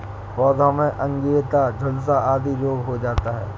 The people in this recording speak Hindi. पौधों में अंगैयता, झुलसा आदि रोग हो जाता है